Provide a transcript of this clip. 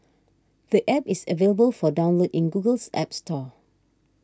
the App is available for download in Google's App Store